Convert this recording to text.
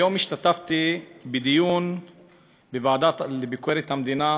היום השתתפתי בדיון בוועדה לביקורת המדינה